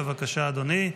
בבקשה, אדוני.